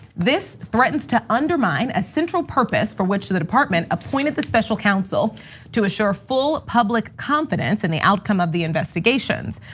this threatens to undermine a central purpose for which the department appointed the special counsel to assure full public confidence in the outcome of the investigations.